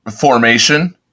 formation